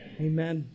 amen